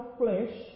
flesh